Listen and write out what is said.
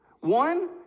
One